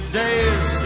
days